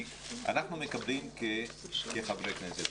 אנחנו מקבלים כחברי כנסת,